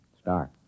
Star